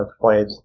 played